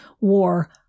War